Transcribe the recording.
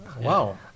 wow